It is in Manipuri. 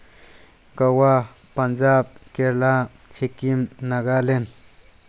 ꯒꯣꯋꯥ ꯄꯟꯖꯥꯕ ꯀꯦꯔꯂꯥ ꯁꯤꯀꯤꯝ ꯅꯥꯒꯥꯂꯦꯟ